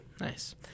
Nice